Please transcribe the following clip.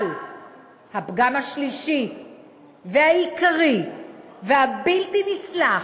אבל הפגם השלישי והעיקרי, והבלתי-נסלח,